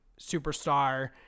superstar